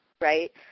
right